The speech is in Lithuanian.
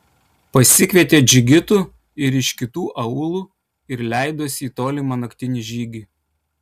pasikvietė džigitų ir iš kitų aūlų ir leidosi į tolimą naktinį žygį